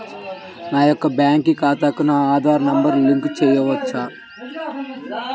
నా యొక్క బ్యాంక్ ఖాతాకి నా ఆధార్ నంబర్ లింక్ చేయవచ్చా?